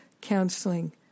counseling